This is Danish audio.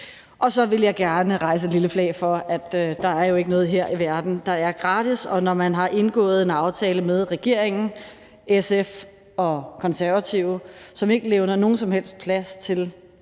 Så vil jeg gerne hejse lille flag: Der er jo ikke noget her i verden, der er gratis, og når man har indgået en aftale med regeringen, SF og Konservative, som ikke levner nogen som helst plads til, at vi kan